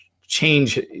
change